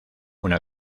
una